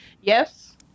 Yes